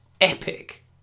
epic